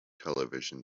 television